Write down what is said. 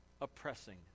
oppressing